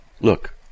Look